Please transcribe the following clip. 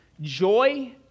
Joy